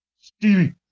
Stevie